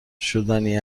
شدنی